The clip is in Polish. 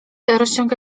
rozciąga